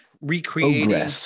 recreating